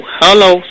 hello